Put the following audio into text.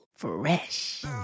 fresh